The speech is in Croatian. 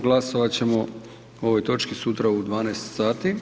Glasovat ćemo o ovo točki sutra u 12 sati.